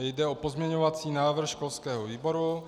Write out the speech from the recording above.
Jde o pozměňovací návrh školského výboru.